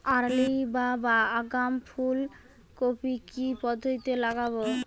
Early বা আগাম ফুল কপি কি পদ্ধতিতে লাগাবো?